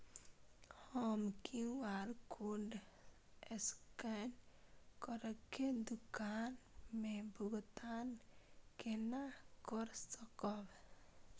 हम QR code scan करके दुकान में भुगतान केना कर सकब?